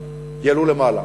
יעלו למעלה.